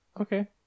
Okay